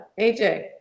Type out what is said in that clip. aj